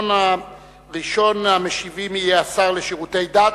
ראשון המשיבים יהיה השר לשירותי דת.